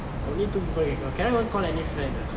only two people can come cannot even call any friend also